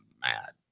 mad